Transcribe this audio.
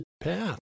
path